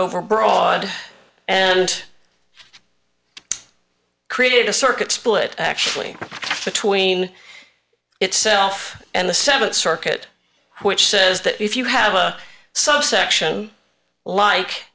overbroad and created a circuit split actually between itself and the th circuit which says that if you have a subsection like